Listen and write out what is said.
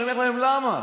אני אומר להם למה?